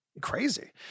crazy